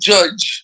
Judge